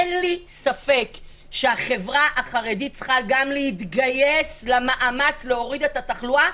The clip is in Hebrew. אין לי ספק שהחברה החרדית צריכה גם להתגייס למאמץ להוריד את התחלואה,